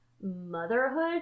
motherhood